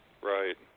right